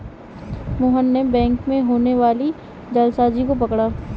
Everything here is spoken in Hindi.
मोहन ने बैंक में होने वाली जालसाजी को पकड़ा